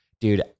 dude